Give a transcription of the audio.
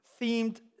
themed